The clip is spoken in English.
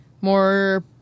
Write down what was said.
more